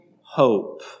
hope